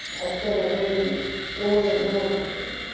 i couldn't really it wasn't doing nothing.